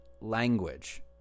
language